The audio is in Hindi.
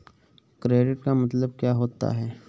क्रेडिट का मतलब क्या होता है?